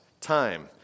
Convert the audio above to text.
time